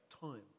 time